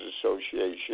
Association